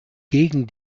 gegen